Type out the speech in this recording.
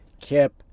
Kip